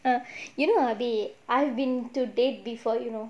err you know erby I've been to date before you know